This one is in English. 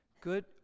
Good